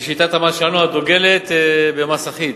לשיטת המס שלנו, הדוגלת במס אחיד,